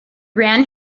ran